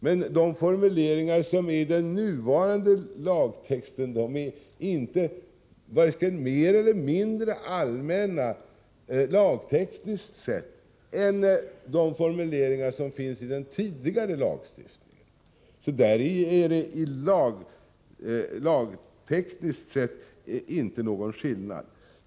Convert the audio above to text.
Men formuleringarna i nuvarande lagtext är varken mer eller mindre allmänna lagtekniskt sett än de formuleringar som funnits i tidigare lagstiftning. Så däri är det lagtekniskt sett inte någon skillnad.